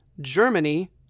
Germany